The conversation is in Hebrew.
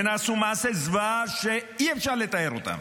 ונעשו מעשי זוועה שאי-אפשר לתאר אותם,